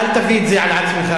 אל תביא את זה על עצמך,